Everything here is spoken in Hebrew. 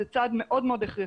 זה צעד מאוד מאוד הכרחי.